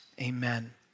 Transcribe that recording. amen